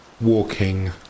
walking